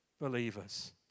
believers